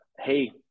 hey